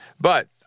but-